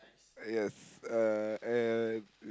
yes uh and